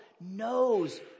knows